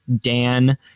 Dan